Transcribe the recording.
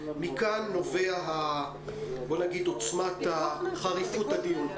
מכאן נובעת עוצמת חריפות הדיון.